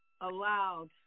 allowed